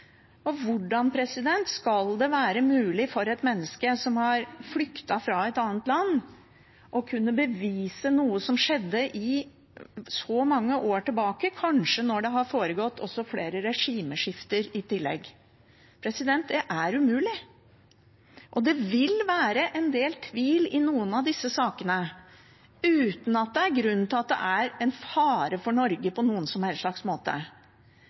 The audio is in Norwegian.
Hvordan skal det være mulig for et menneske som har flyktet fra et annet land, å kunne bevise noe som skjedde så mange år tilbake, når det kanskje har foregått flere regimeskifter i tillegg? Det er umulig. Det vil være en del tvil i noen av disse sakene, uten at det er grunn til fare for Norge på noen som helst slags måte.